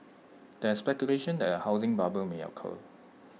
there is speculation that A housing bubble may occur